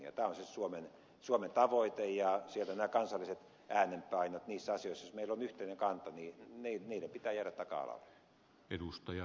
tämä on siis suomen tavoite ja siellä näiden kansallisten äänenpainojen niissä asioissa joissa meillä on yhteinen kanta pitää jäädä taka alalle